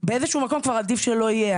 באיזה שהוא מקום כבר עדיף שלא יהיה,